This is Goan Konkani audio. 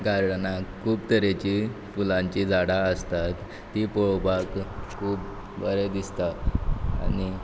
गार्डनांत खूब तरेचीं फुलांचीं झाडां आसतात तीं पळोवपाक खूब बरें दिसता आनी